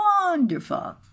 wonderful